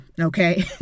okay